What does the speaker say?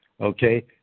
okay